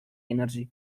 energy